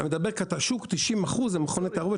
אני מדבר על זה ש-90% מהשוק זה מכוני תערובת